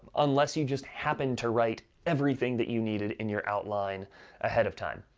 unless you just happen to write everything that you needed in your outline ahead of time.